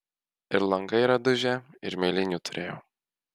ir langai yra dužę ir mėlynių turėjau